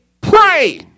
pray